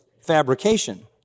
fabrication